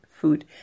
Food